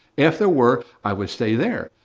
if there were, i would stay there,